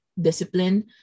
discipline